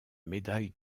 médaille